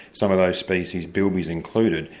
some of those species, bilbies included,